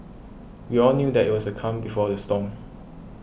we all knew that it was the calm before the storm